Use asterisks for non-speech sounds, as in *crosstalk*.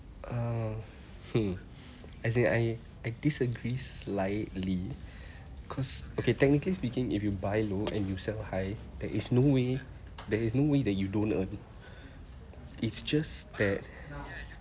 uh hmm as in I I disagree slightly *breath* cause okay technically speaking if you buy low and you sell high there is no way there is no way that you don't earn *breath* it's just that